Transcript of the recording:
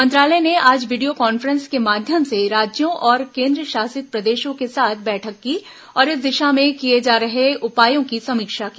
मंत्रालय ने आज वीडियो कांफ्रेंस के माध्यम से राज्यों और केन्द्रशासित प्रदेशों के साथ बैठक की और इस दिशा में किए जा रहे उपायों की समीक्षा की